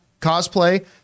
cosplay